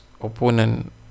opponent